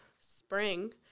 spring